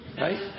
Right